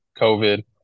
covid